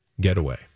getaway